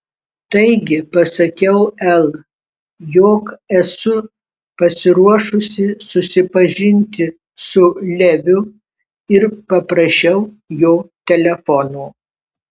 taigi pasakiau el jog esu pasiruošusi susipažinti su leviu ir paprašiau jo telefono